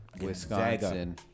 Wisconsin